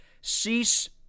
Cease